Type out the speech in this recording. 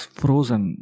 frozen